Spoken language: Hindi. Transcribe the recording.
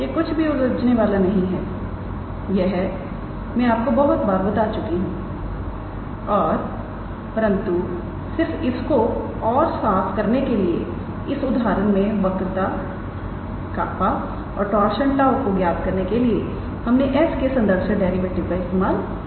यह कुछ भी उलझने वाला नहीं है यह मैं आपको बहुत बार बता चुका हूं और परंतु सिर्फ इसको और साफ करने के लिए इस उदाहरण में वक्रता 𝜅 और टार्शन 𝜁 को ज्ञात करने के लिए हमने s के संदर्भ से डेरिवेटिव का इस्तेमाल किया है